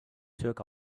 took